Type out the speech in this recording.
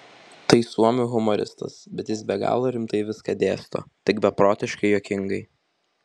tai suomių humoristas bet jis be galo rimtai viską dėsto tik beprotiškai juokingai